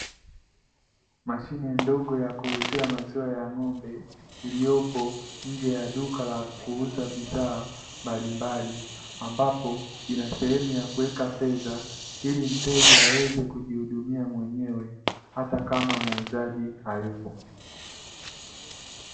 Mashine ndogo ya kuuzia maziwa ya ng'ombe iliyopo nje ya duka la kuuza bidhaa mbalimbali, ambapo ina sehemu ya kuweka fedha ili mteja aweze kujihudumia mwenyewe hata kama muuzaji hayupo.